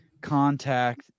contact